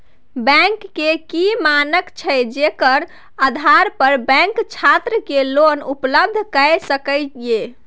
Bank के की मानक छै जेकर आधार पर बैंक छात्र के लोन उपलब्ध करय सके ये?